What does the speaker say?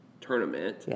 tournament